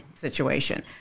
situation